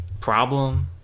problem